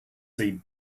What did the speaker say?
see